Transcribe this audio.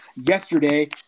yesterday